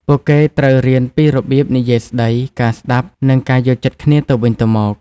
ពួកគេត្រូវរៀនពីរបៀបនិយាយស្តី ការស្តាប់ និងការយល់ចិត្តគ្នាទៅវិញទៅមក។